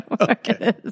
Okay